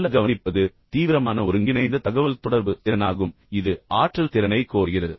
நல்ல கவனிப் என்பது தீவிரமான ஒருங்கிணைந்த தகவல்தொடர்பு திறனாகும் இது ஆற்றல் மற்றும் தெரிந்து கொள்ளும் திறனை கோருகிறது